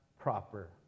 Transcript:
proper